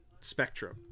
spectrum